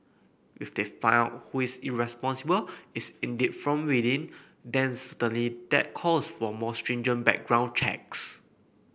if they find out who is responsible is indeed from within then certainly that calls for more stringent background checks